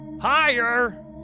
higher